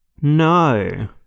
No